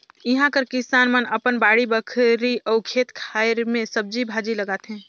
इहां कर किसान मन अपन बाड़ी बखरी अउ खेत खाएर में सब्जी भाजी लगाथें